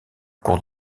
cours